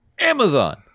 Amazon